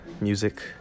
music